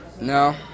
No